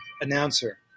announcer